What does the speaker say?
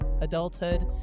adulthood